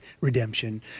Redemption